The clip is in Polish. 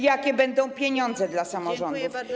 Jakie będą pieniądze dla samorządów?